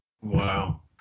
Wow